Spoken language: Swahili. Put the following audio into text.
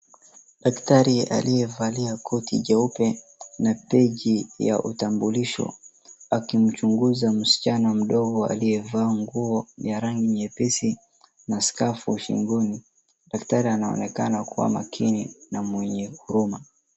Daktari aliyevalia koti jeupe na beji ya utambulisho akimchunguza msichana mdogo wa rangi nyepesi na skafu shingoni daktari anaonekana kuwa makini na mwenye huruma.